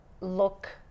look